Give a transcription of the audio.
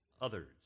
others